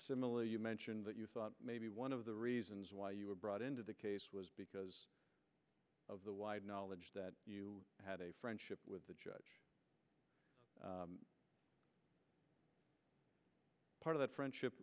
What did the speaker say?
simile you mentioned that you thought maybe one of the reasons why you were brought into the case was because of the wide knowledge that you had a friendship with the judge part of that friendship